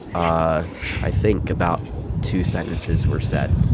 ah i think about two sentences were said.